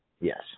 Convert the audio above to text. Yes